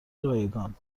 رایگان